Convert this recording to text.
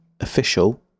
official